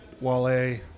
Wale